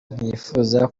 ntiyifuza